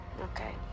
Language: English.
okay